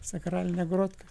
sakralinę grot ką